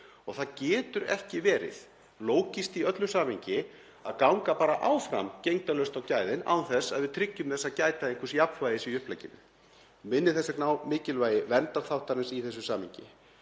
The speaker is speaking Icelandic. Það getur því ekki verið lógískt í öllu samhengi að ganga bara áfram gegndarlaust á gæðin án þess að við tryggjum að gæta einhvers jafnvægis í upplegginu. Ég minni þess vegna á mikilvægi verndarþáttarins í þessu samhengi.